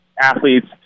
athletes